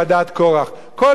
כל העדה כולם קדושים,